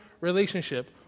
relationship